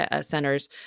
centers